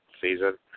season